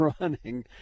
running